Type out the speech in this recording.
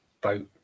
boat